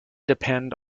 depend